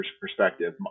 perspective